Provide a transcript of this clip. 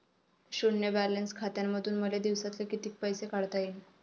शुन्य बॅलन्स खात्यामंधून मले दिवसाले कितीक पैसे काढता येईन?